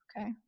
Okay